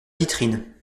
vitrine